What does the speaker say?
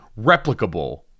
replicable